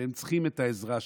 והם צריכים את העזרה שלנו.